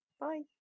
Bye